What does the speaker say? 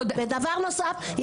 דבר נוסף,